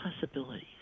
possibilities